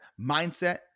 mindset